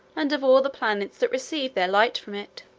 and of all the planets that receive their light from it.